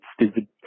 stupid